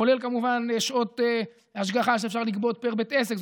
כולל כמובן שעות השגחה שאפשר לגבות פר בית עסק.